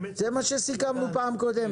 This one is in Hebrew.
שסיכמנו בפעם הקודמת.